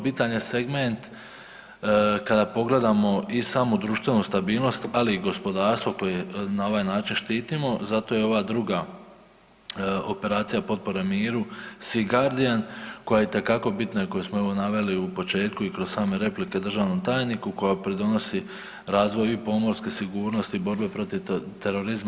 Bitan je segment kada pogledamo i samu društvenu stabilnost, ali i gospodarstvo koje na ovaj način štitimo, zato je ova druga operacija potpore miru SEE GUARDIAN koja je itekako bitna i koju smo evo naveli i u početku kroz same replike državnom tajniku koja pridonosi razvoju i pomorske sigurnosti i borbe protiv terorizma.